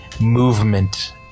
movement